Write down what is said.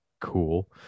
cool